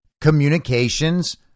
communications